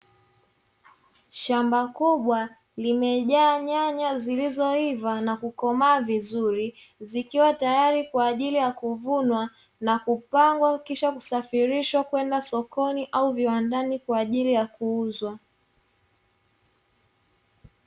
Shamba kubwa limejaa nyanya zilizoiva na kukomaa vizuri, zikiwa tayari kwa ajili ya kuvunwa na kupangwa kisha kusafirishwa kwenda sokoni au viwandani kwa ajili ya kuuzwa.